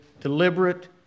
deliberate